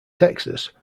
texas